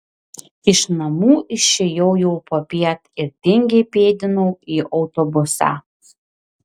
iš namų išėjau jau popiet ir tingiai pėdinau į autobusą